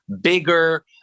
bigger